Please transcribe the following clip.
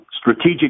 Strategic